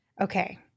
Okay